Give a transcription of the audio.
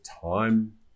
time